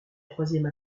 troisième